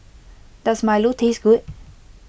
Does Milo taste good